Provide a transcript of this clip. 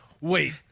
wait